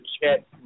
chat